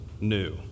new